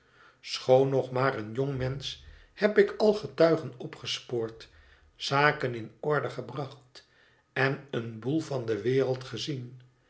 schoon nog maar een jongmensch heb ik al getuigen opgespoord zaken in orde gebracht en een boel van de wereld gezien